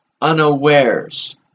unawares